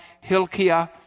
Hilkiah